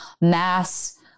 mass